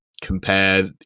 compare